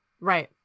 Right